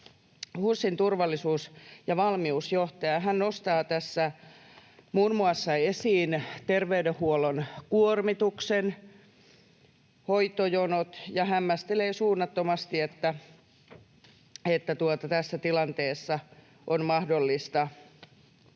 HUSin turvallisuus- ja valmiusjohtaja. Hän nostaa muun muassa esiin terveydenhuollon kuormituksen, hoitojonot, ja hämmästelee suunnattomasti, että tässä tilanteessa on mahdollista tehdä